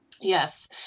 yes